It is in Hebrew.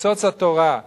ניצוץ התורה,